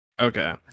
Okay